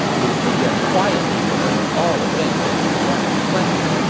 lu su then quietly delivered all the things that zhuge liang requested,